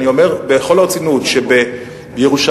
אני אומר בכל הרצינות: שבירושלים,